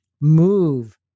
move